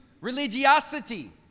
religiosity